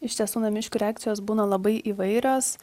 iš tiesų namiškių reakcijos būna labai įvairios